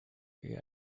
sie